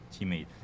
teammate